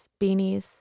beanies